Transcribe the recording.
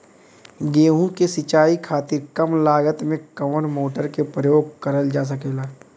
गेहूँ के सिचाई खातीर कम लागत मे कवन मोटर के प्रयोग करल जा सकेला?